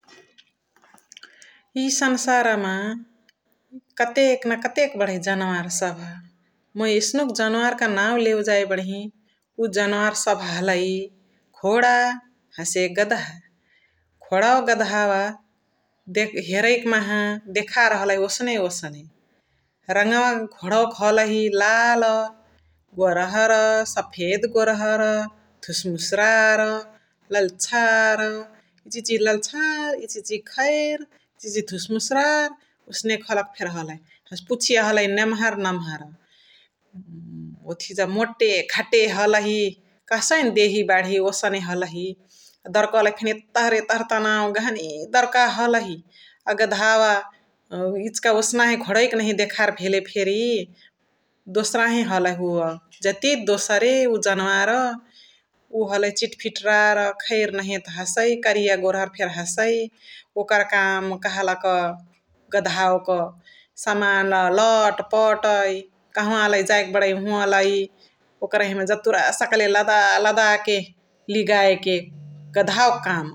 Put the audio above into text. इ संसार मा कतेक न कतेक बणै जनावर सभ । मुइ एसनुक जनावर क नाउ लेवे जै बणही । उवा जनावर सभ हलही घोडा हसे गदहा । घोडवा, गदहावा हेरै कि माहा देखार हलही ओसने ओसने । रङवा घोडवा क हलही लाल, गोर्हर, शफेद गोर्हर्, धुसमुसरार, लाल्छार इचिहिची लाल्छर, इचिहिची खैर, इचिहिची धुसमुसरार ओसने खालीक फेनी हलही । हसे पुचिया हलही नेम्हर नम्हर । ओथिजा मोटे घाटे हलही कहसै न देही बाढे ओसने हलही दरुकले फेनी एतहर एतहर तनाउ गहनी दरुकाह हलही । आ गध्हावा इचिका ओसने घोडै नहिय देखर भेले फेरी दोसराहे हलही उव जतिय त दोसरे उ जनावर । उवा हलही चिटफिटरार खैर नहिय त हसै कारीय, गोर्हर फेरी हसै । ओकर काम कहलक गदहावा क समान लट पट कहव लाइ जाइ के बणै ओहुवालाइ ओकरहिमा जतुरा सकले लदा लदा के लिगइके गदवा क काम ।